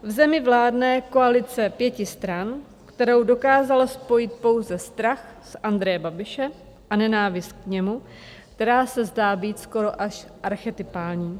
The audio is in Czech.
V zemi vládne koalice pěti stran, kterou dokázal spojit pouze strach z Andreje Babiše a nenávist k němu, která se zdá být skoro až archetypální.